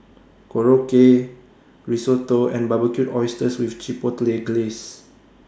Korokke Risotto and Barbecued Oysters with Chipotle Glaze